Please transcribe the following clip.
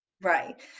Right